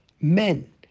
men